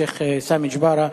שיח' סאמי ג'בארה,